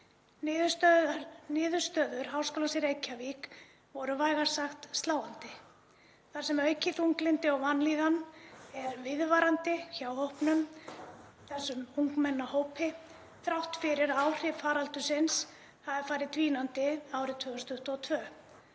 Niðurstöður Háskólans í Reykjavík voru vægast sagt sláandi þar sem aukið þunglyndi og vanlíðan er viðvarandi hjá þessum ungmennahópi þrátt fyrir að áhrif faraldursins hafi farið dvínandi árið 2022.